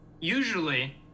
usually